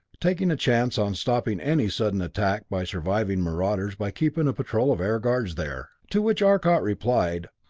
taking a chance on stopping any sudden attack by surviving marauders by keeping a patrol of air guards there. to which arcot replied,